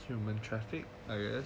human traffic I guess